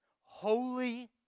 holy